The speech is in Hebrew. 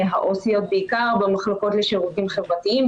העו"סיות בעיקר במחלקות לשירותים חברתיים,